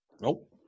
nope